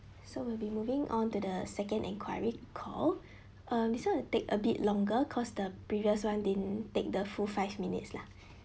so we'll be moving on to the second enquiry call uh this one it take a bit longer cause the previous one didn't take the full five minutes lah